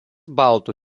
baltų